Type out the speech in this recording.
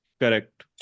Correct